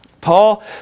Paul